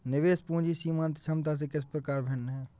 निवेश पूंजी सीमांत क्षमता से किस प्रकार भिन्न है?